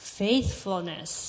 faithfulness